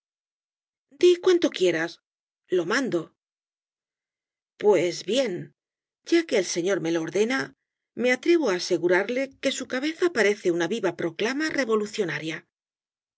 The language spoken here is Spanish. di cuanto quieras lo mando pues bien ya que el señor me lo ordena me atrevo á asegurarle que su cabeza parece una viva proclama revolucionaria